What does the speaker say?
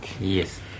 Yes